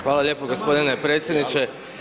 Hvala lijepo g. predsjedniče.